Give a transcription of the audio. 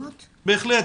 בהחלט.